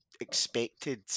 expected